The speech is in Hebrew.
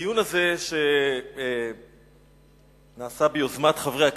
הדיון הזה שנעשה ביוזמת חברי הכנסת,